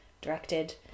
directed